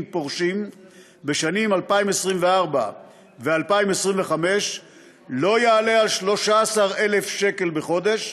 פורשים בשנים 2024 ו-2025 לא יעלה על 13,000 שקל בחודש,